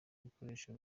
ibikoresho